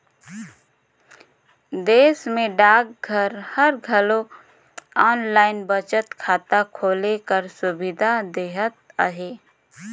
देस में डाकघर हर घलो आनलाईन बचत खाता खोले कर सुबिधा देहत अहे